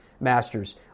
Masters